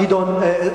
גדעון,